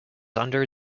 under